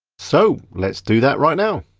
so let's do that right now.